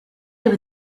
with